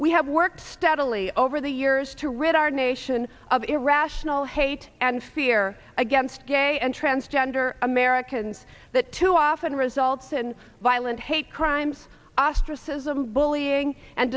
we have worked steadily over the years to rid our nation of irrational hate and fear against gay and transgender americans that too often results in violent hate crimes ostracism bullying and